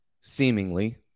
seemingly